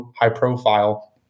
high-profile